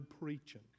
preaching